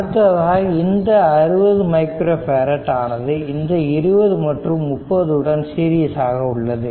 அடுத்ததாக இந்த 60 micro farad ஆனது இந்த 20 மற்றும் 30 உடன் சீரிஸாக உள்ளது